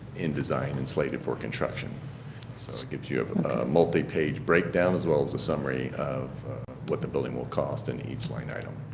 in design and slated for construction. so it gives you a but multipage breakdown as well is a summary of what the building will cost and each line item.